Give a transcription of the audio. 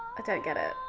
i don't get it.